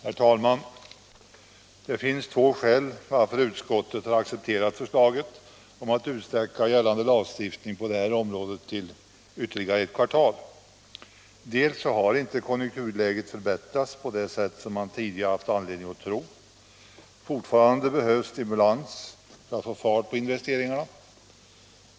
Herr talman! Det finns två skäl till att utskottet har accepterat förslaget om att utsträcka gällande lagstiftning på detta område till att gälla ytterligare ett kvartal. Det ena är att konjunkturläget inte har förbättrats på det sätt som man tidigare haft anledning att tro. Det behövs fortfarande stimulans för att få fart på investeringarna.